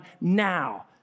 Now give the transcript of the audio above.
now